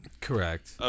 Correct